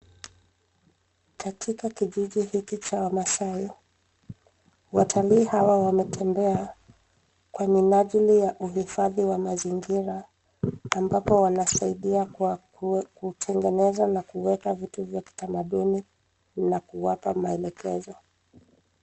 Katika kijiji hiki cha wamaasai, watalii hawa wametembea, kwa minajili ya uhifadhi wa mazingira, ambapo wanasaidia kwa kutengeneza na kuwekwa vitu vya kitamaduni, na kuwapa maelekezo.